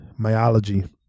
myology